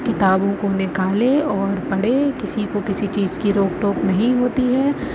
کتابوں کو نکالے اور پڑھے کسی کو کسی چیز کی روک ٹوک نہیں ہوتی ہے